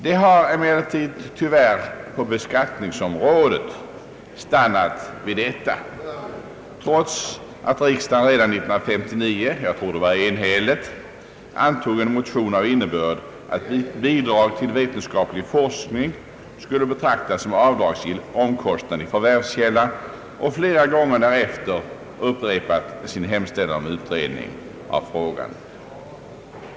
Det har emellertid tyvärr på beskatt ningsområdet stannat vid detta, trots att riksdagen redan 1959, jag tror enhälligt, antog en motion med innebörd att bidrag till vetenskaplig forskning skulle betraktas som avdragsgill omkostnad i förvärvskälla och flera gånger därefter upprepat sin hemställan om utredning av frågan.